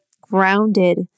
grounded